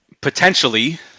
potentially